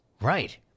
Right